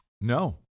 No